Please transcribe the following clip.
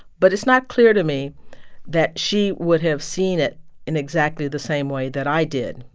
but it's not clear to me that she would have seen it in exactly the same way that i did.